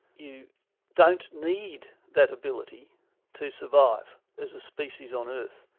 you don't need that ability to survive as a species on earth,